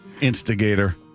Instigator